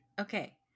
Okay